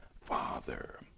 father